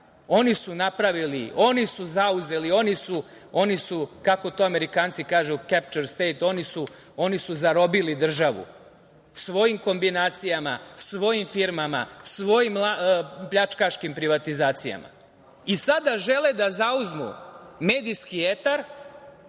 Oni su napravili, oni su zauzeli, oni su, kako to Amerikanci kažu - capture the state, oni su zarobili državu svojim kombinacijama, svojim firmama, svojim pljačkaškim privatizacijama. Sada žele da zauzmu medijski etar